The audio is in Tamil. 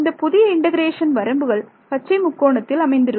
இந்த புதிய இண்டெகரேஷன் வரம்புகள் பச்சை முக்கோணத்தில் அமைந்திருக்கும்